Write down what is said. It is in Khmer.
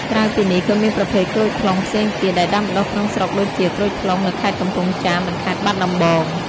ក្រៅពីនេះ ក៏មានប្រភេទក្រូចថ្លុងផ្សេងទៀតដែលដាំដុះក្នុងស្រុកដូចជា ក្រូចថ្លុងនៅខេត្តកំពង់ចាម និងខេត្តបាត់ដំបង។